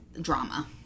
drama